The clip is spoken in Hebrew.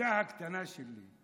בתפיסה הקטנה שלי,